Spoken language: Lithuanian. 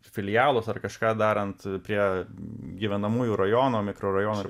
filialus ar kažką darant prie gyvenamųjų rajono mikrorajonų ir